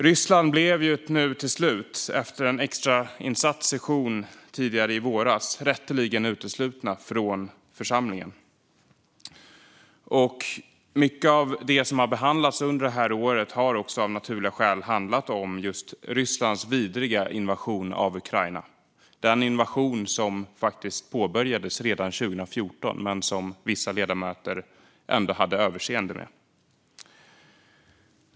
Ryssland blev till slut, efter en extrainsatt session tidigare i våras, rätteligen utesluten ur församlingen. Mycket av det som har behandlats under året har av naturliga skäl handlat om just Rysslands vidriga invasion av Ukraina. Det är den invasion som faktiskt påbörjades redan 2014 men som vissa ledamöter ändå hade överseende med.